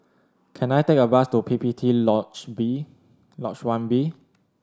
can I take a bus to P P T Lodge B Lodge One B